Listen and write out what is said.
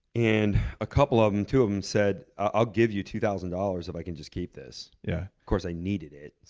and a couple of them, two of them said, i'll give you two thousand dollars if i can just keep this. of yeah course i needed it,